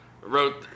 wrote